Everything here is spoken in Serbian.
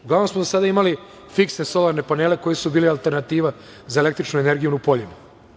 Uglavnom smo do sada imali fiksne solarne panele koji su bili alternativa za električnu energiju u poljima.